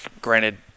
granted